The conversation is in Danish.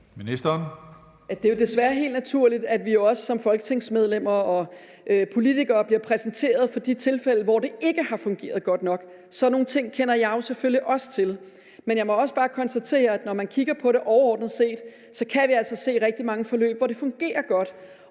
Det er jo desværre helt naturligt, at vi også som folketingsmedlemmer og politikere bliver præsenteret for de tilfælde, hvor det ikke har fungeret godt nok. Sådan nogle ting kender jeg selvfølgelig også til. Men jeg må også bare konstatere, at når vi kigger på det overordnet set, så kan vi altså se rigtig mange forløb, hvor det fungerer godt,